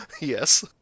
Yes